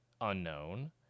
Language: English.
unknown